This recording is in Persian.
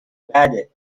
بعده